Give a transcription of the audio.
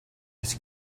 this